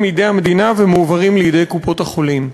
מידי המדינה ומועברים לידי קופות-החולים,